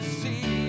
see